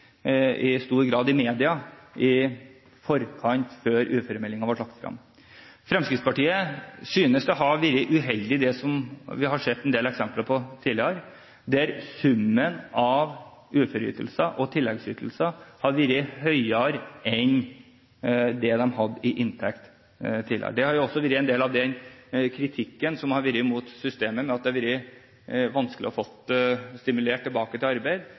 i stor grad pågikk i media før uføremeldingen ble lagt frem. Fremskrittspartiet synes det har vært uheldig det vi har sett en del eksempler på tidligere, der summen av uføreytelser og tilleggsytelser har vært høyere enn det de tidligere hadde i inntekt. Det har også vært en del av kritikken mot systemet, at det har vært vanskelig å få stimulert folk tilbake til arbeid